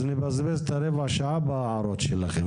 אז נבזבז את הרבע שעה בהערות שלכם.